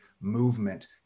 movement